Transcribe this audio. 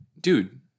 dude